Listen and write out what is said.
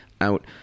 out